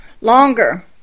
longer